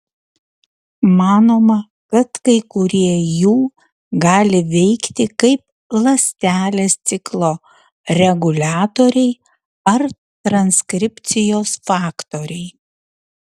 manoma kad kai kurie jų gali veikti kaip ląstelės ciklo reguliatoriai ar transkripcijos faktoriai